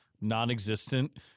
non-existent